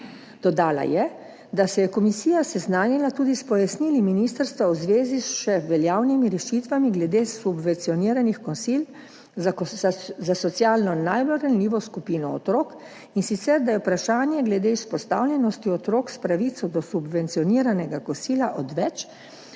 Dodala je, da se je komisija seznanila tudi s pojasnili ministrstva v zvezi s še veljavnimi rešitvami glede subvencioniranih kosil za socialno najbolj ranljivo skupino otrok, in sicer, da je vprašanje glede izpostavljenosti otrok s pravico do subvencioniranega kosila odveč,